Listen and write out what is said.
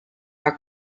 are